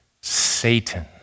Satan